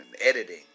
editing